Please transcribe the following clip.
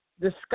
discuss